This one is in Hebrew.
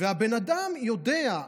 והבן אדם יודע,